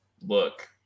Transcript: look